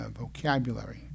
vocabulary